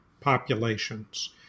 populations